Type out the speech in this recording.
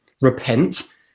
repent